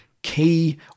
Key